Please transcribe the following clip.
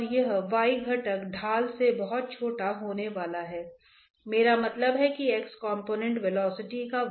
तो यह अनिवार्य रूप से अलग अलग शब्द हैं जो आप अपने नेवियर के स्टोक्स समीकरण में देखेंगे जिसका आपने अध्ययन किया था